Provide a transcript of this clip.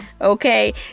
okay